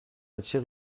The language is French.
monsieur